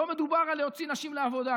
לא מדובר על להוציא נשים לעבודה.